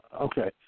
Okay